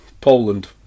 Poland